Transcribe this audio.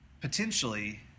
potentially